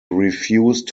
refused